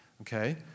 Okay